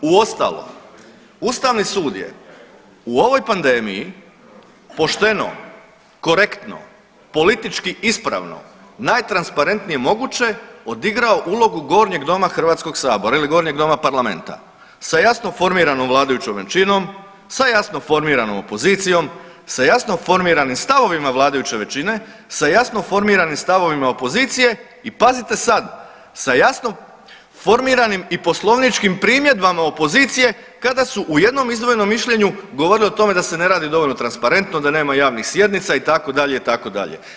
Uostalom ustavni sud je u ovoj pandemiji pošteno, korektno, politički ispravno, najtransparentnije moguće odigrao ulogu gornje doma HS-a ili gornjeg doma Parlamenta sa jasnom formiranom vladajućom većinom, sa jasno formiranom opozicijom, sa jasno formiranim stavovima vladajuće većine, sa jasno formiranim stavovima opozicije i pazite sad, sa jasno formiranim i poslovničkim primjedbama opozicije kada su u jednom izdvojenom mišljenju govorili o tome da se ne radi dovoljno transparentno, da nema javnih sjednica itd., itd.